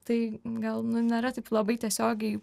tai gal nėra taip labai tiesiogiai